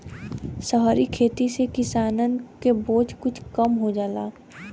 सहरी खेती से किसानन के बोझ कुछ कम हो जाला